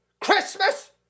Christmas